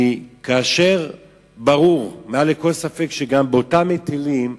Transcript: כאשר ברור מעל לכל ספק שגם אותם היטלים,